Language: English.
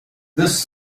this